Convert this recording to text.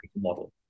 model